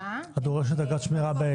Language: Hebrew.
את דורשת אגרת שמירה בקרן?